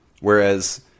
whereas